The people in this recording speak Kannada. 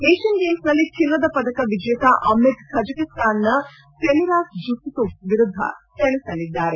ಏಷ್ಠನ್ ಗೇಮ್ಗೆನಲ್ಲಿ ಚಿನ್ನದ ಪದಕ ವಿಜೇತ ಅಮಿತ್ ಖಜಕ್ಸ್ತಾನದ ಟೆಮಿರಾಸ್ ಜುಸ್ಪುವ್ ವಿರುದ್ದ ಸೆಣಸಲಿದ್ದಾರೆ